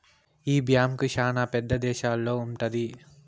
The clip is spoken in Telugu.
ఈ బ్యాంక్ శ్యానా పెద్ద దేశాల్లో ఉంటది